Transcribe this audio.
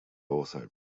also